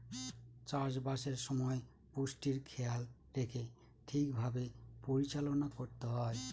চাষবাসের সময় পুষ্টির খেয়াল রেখে ঠিক ভাবে পরিচালনা করতে হয়